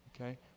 okay